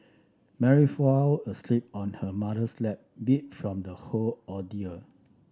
Mary fell asleep on her mother's lap beat from the whole ordeal